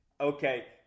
Okay